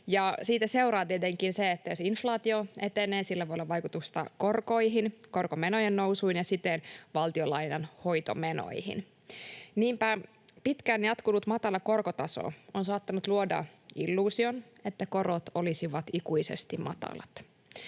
siitä seuraa tietenkin se, että jos inflaatio etenee, sillä voi olla vaikutusta korkoihin, korkomenojen nousuun ja siten valtionlainan hoitomenoihin. Niinpä pitkään jatkunut matala korkotaso on saattanut luoda illuusion, että korot olisivat ikuisesti matalat.